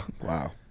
wow